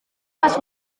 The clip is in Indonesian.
vas